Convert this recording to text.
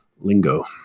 lingo